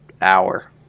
hour